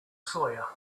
sawyer